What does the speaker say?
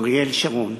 אריאל שרון,